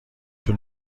طول